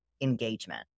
engagement